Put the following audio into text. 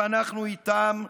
ואנחנו איתם,